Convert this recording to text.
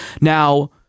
Now